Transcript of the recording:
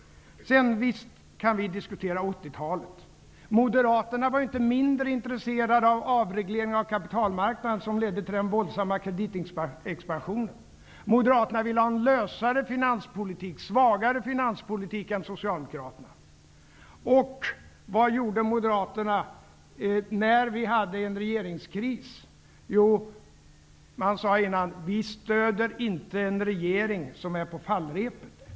Visst kan vi diskutera 80-talet. Moderaterna var inte mindre intresserade av avreglering av kapitalmarknaden, som ledde till den våldsamma kreditexpansionen. Moderaterna ville ha en lösare, svagare finanspolitik än Socialdemokraterna. Och vad gjorde Moderaterna när vi hade en regeringskris? Jo, de sade: Vi stöder inte en regering som är på fallrepet.